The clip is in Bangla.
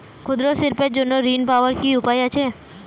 ক্ষুদ্র শিল্পের জন্য ঋণ পাওয়ার কি উপায় আছে?